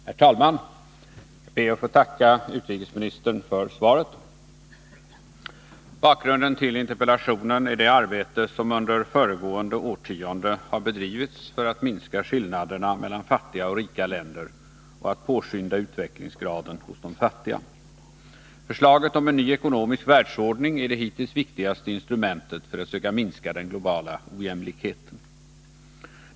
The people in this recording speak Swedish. Herr talman! Jag ber att få tacka utrikesministern för svaret. Bakgrunden till interpellationen är det arbete som under föregående årtionde har bedrivits för att minska skillnaderna mellan fattiga och rika länder och att påskynda utvecklingsgraden hos de fattiga. Förslaget om en ny ekonomisk världsordning är det hittills viktigaste instrumentet för att söka minska den globala ojämlikheten.